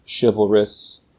chivalrous